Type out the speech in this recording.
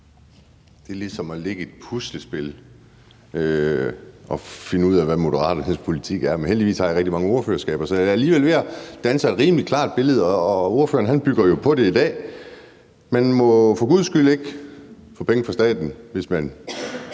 Det er ligesom at lægge et puslespil, altså at finde ud af, hvad Moderaternes politik er. Men heldigvis har jeg rigtig mange ordførerskaber, så der er alligevel ved at danne sig et rimelig klart billede, og ordføreren bygger jo på det i dag: Man må for guds skyld ikke få penge fra staten, hvis barnet